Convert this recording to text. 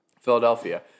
Philadelphia